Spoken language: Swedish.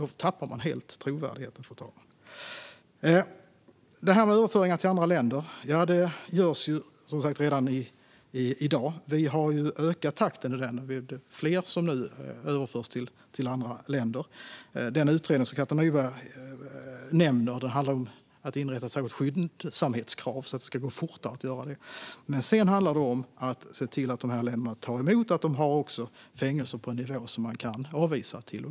Då tappar man helt trovärdigheten, fru ålderspresident. Överföringar till andra länder görs redan i dag. Vi har ökat takten; det är fler som nu överförs till andra länder. Den utredning som Katja Nyberg nämner handlar om att inrätta ett särskilt skyndsamhetskrav så att det ska gå fortare att göra detta, men sedan handlar det om att se till att dessa länder tar emot och också har fängelser på en nivå som man kan avvisa till.